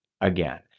again